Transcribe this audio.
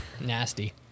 nasty